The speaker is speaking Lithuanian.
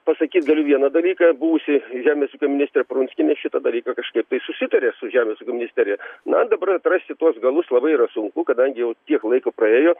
pasakyt galiu vieną dalyką buvusi žemės ūkio ministrė prunskienė šitą dalyką kažkaip tai susitarė su žemės ūkio ministerija na dabar atrasti tuos galus labai yra sunku kadangi jau tiek laiko praėjo